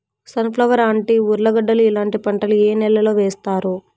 Sun flower, అంటి, ఉర్లగడ్డలు ఇలాంటి పంటలు ఏ నెలలో వేస్తారు?